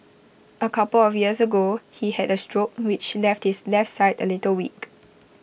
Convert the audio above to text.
A couple of years ago he had A stroke which left his left side A little weak